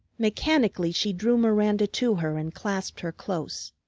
mechanically she drew miranda to her and clasped her close.